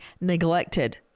neglected